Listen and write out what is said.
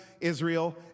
Israel